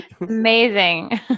Amazing